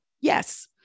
Yes